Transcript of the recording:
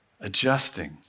adjusting